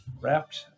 wrapped